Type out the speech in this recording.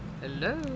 Hello